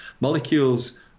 Molecules